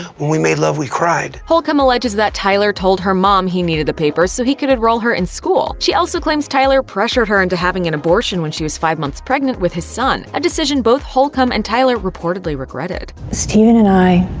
when we made love, we cried. holcomb alleges that tyler told her mom he needed the papers so he could enroll her in school. she also claims tyler pressured her into having an operation and when she was five months pregnant with his son a decision both holcomb and tyler reportedly regretted. steven and i,